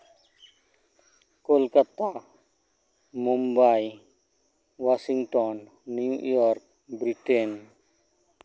Kolkata Mumbai Washington New York Britain